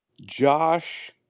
Josh